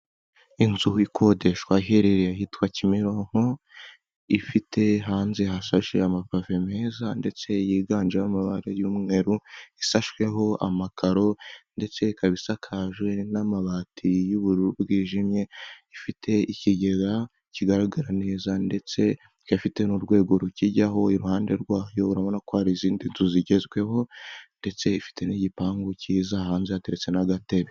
Inzu ikodeshwa iherereye ahitwa Kimironko ifite hanze hashashe amapavu meza ndetse yiganjemo amabara y'umweru, isashweho amakaro ndetse ikaba isakaje n'amabati y'ubururu bwijimye, ifite ikigega kigaragara neza ndetse gifite n'urwego rukijyaho, iruhande rwayo urabona ko hari izindi nzu zigezweho ndetse ifite n'igipangu cyiza hanze hateretse n'agatebe.